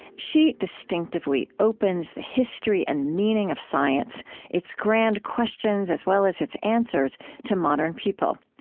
she distinctively opens the history and meaning of science its grand questions as well as its answers to modern people.